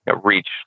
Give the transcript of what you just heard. reach